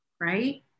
Right